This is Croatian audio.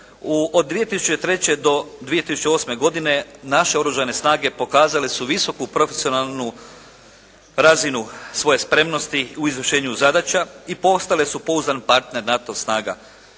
Od 2003. do 2008. godine naše oružane snage pokazale su visoku profesionalnu razinu svoje spremnosti u izvršenju zadaća i postale su pouzdan partner NATO snaga.